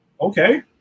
okay